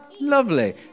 Lovely